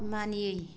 मानियै